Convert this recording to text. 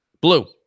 blue